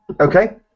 Okay